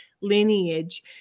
lineage